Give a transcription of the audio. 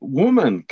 woman